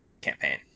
campaign